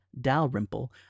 Dalrymple